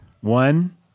One